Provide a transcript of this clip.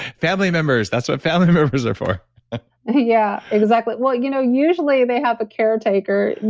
family members, that's what family members are for yeah, exactly. well you know usually they have a caretaker.